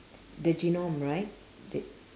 the genome right th~